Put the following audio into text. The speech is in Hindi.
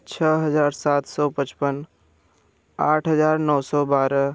छः हज़ार सात सौ पचपन आठ हज़ार नौ सौ बारह